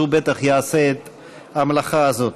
אז הוא בטח יעשה את המלאכה הזאת.